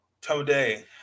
today